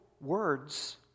words